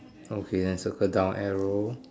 okay then circle down arrow